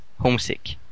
homesick